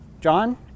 John